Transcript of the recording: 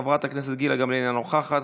חברת הכנסת גילה גמליאל, אינה נוכחת,